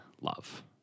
love